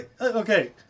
okay